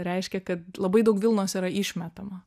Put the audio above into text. reiškia kad labai daug vilnos yra išmetama